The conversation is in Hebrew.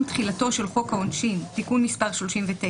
תחילתו של חוק העונשין (תיקון מס' 39)